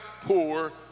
poor